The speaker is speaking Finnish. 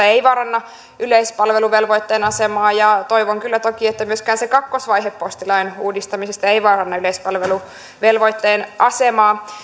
ei vaaranna yleispalveluvelvoitteen asemaa ja toivon kyllä toki että myöskään se kakkosvaihe postilain uudistamisesta ei vaaranna yleispalveluvelvoitteen asemaa